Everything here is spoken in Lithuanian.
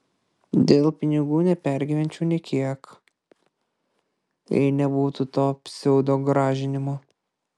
dėl pinigų nepergyvenčiau nė kiek jei nebūtų to pseudogrąžinimo